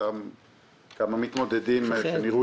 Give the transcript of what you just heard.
מתמודדים שנראו